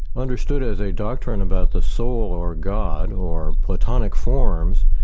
understood as a doctrine about the soul or god, or platonic forms,